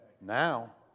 Now